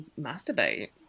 masturbate